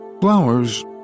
Flowers